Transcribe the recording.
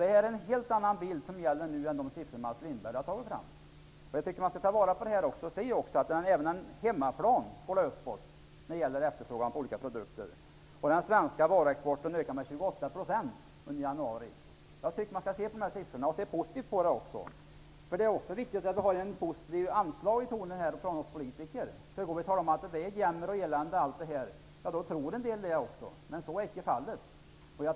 Det är en helt annan bild som gäller nu än den som illustreras av de siffror som Mats Lindberg har tagit fram. Jag tycker att man skall ta vara på detta. På hemmaplan går efterfrågan på olika produkter uppåt. Den svenska varuexporten ökade med 28 % under januari. Man skall se positivt på dessa siffror. Det är viktigt att vi politiker har ett positivt anslag i tonen. Om vi säger att allt är jämmer och elände, tror en del också att det är så. Men så är icke fallet.